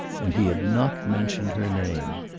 and he had not mentioned her name.